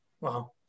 Wow